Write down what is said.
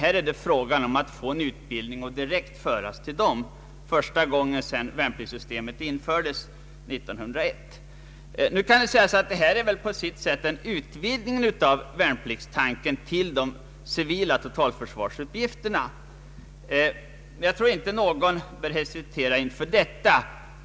Här är det fråga om att få en utbildning och direkt föras till beredskapskårerna. Det är första gången i sitt slag sedan värnpliktssystemet infördes år 1901. Det är alltså en utvidgning av värnpliktstanken till de civila totalförsvarsuppgifterna. Jag tror inte att någon bör hesitera inför detta.